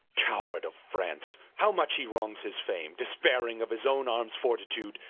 coward of france, how much he wrongs his fame, dispairing of his owne armes fortitude,